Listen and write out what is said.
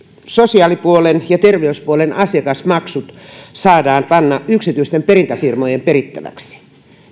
sosiaalipuolen ja terveyspuolen asiakasmaksut saadaan panna yksityisten perintäfirmojen perittäviksi